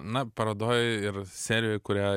na parodoj ir serijoj kurią